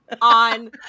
on